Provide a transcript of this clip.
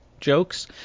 jokes